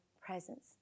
presence